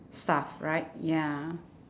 staff right ya